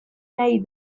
nahi